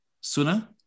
sooner